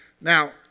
now